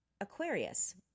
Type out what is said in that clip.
Aquarius